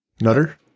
Nutter